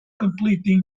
completing